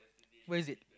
where is it